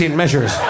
measures